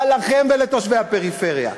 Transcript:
מה לכם ולתושבי הפריפריה?